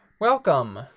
welcome